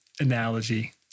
analogy